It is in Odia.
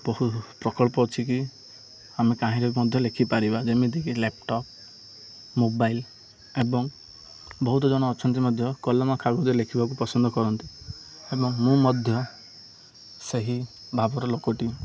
ବହୁ ପ୍ରକଳ୍ପ ଅଛି କିି ଆମେ କାହିଁରେ ବି ମଧ୍ୟ ଲେଖିପାରିବା ଯେମିତିକି ଲ୍ୟାପଟପ୍ ମୋବାଇଲ ଏବଂ ବହୁତ ଜଣ ଅଛନ୍ତି ମଧ୍ୟ କଲମ କାଗଜରେ ଲେଖିବାକୁ ପସନ୍ଦ କରନ୍ତି ଏବଂ ମୁଁ ମଧ୍ୟ ସେହି ଭାବର ଲୋକଟି